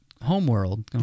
homeworld